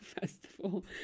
festival